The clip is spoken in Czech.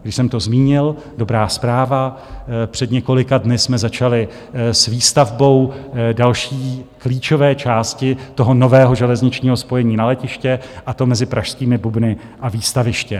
Když jsem to zmínil, dobrá zpráva před několika dny jsme začali s výstavbou další klíčové části toho nového železničního spojení na letiště, a to mezi pražskými Bubny a Výstavištěm.